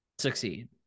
succeed